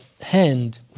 hand